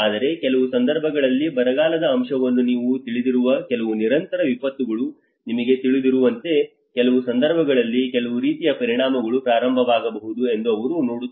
ಆದರೆ ಕೆಲವು ಸಂದರ್ಭಗಳಲ್ಲಿ ಬರಗಾಲದ ಅಂಶವನ್ನು ನೀವು ತಿಳಿದಿರುವ ಕೆಲವು ನಿರಂತರ ವಿಪತ್ತುಗಳು ನಿಮಗೆ ತಿಳಿದಿರುವಂತೆ ಕೆಲವು ಸಂದರ್ಭಗಳಲ್ಲಿ ಕೆಲವು ರೀತಿಯ ಪರಿಣಾಮಗಳು ಪ್ರಾರಂಭವಾಗಬಹುದು ಎಂದು ಅವರು ನೋಡುತ್ತಾರೆ